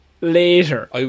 later